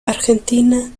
argentina